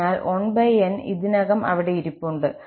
അതിനാൽ 1𝑛 ഇതിനകം അവിടെ ഇരിപ്പുണ്ട്